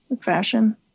fashion